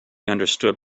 understood